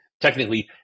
technically